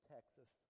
Texas